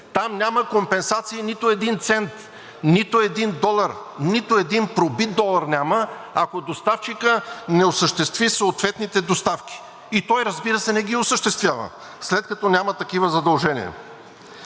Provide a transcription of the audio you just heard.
Там няма компенсации нито един цент, нито един долар, нито един пробит долар няма, ако доставчикът не осъществи съответните доставки! И той, разбира се, не ги осъществява, след като няма такива задължения.